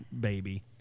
baby